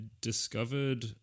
discovered